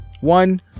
One